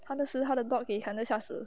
她那时她的 dog 给 thunder 吓死